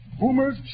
Boomer's